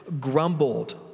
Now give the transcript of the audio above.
grumbled